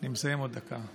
אני מסיים עוד דקה.